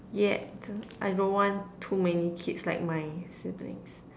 yet I don't want too many kids like my siblings